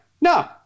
No